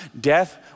Death